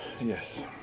Yes